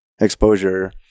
exposure